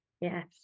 Yes